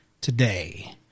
today